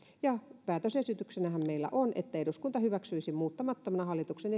ja päätösesityksenähän meillä on että eduskunta hyväksyisi muuttamattomana hallituksen